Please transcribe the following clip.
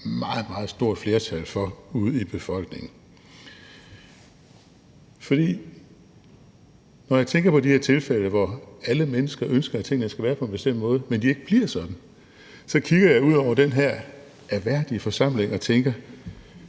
meget stort flertal for ude i befolkningen. For når jeg tænker på de her tilfælde, hvor alle mennesker ønsker, at tingene skal være på en bestemt måde, men at de ikke bliver sådan, så kigger jeg ud over den her ærværdige forsamling og tænker: